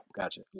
Gotcha